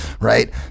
Right